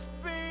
speak